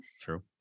True